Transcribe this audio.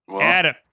Adam